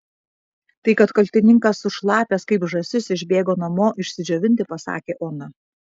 tai kad kaltininkas sušlapęs kaip žąsis išbėgo namo išsidžiovinti pasakė ona